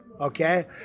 okay